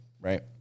right